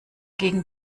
gegen